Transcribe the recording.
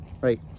right